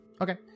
Okay